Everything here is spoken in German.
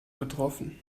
betroffen